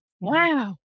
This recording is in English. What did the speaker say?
Wow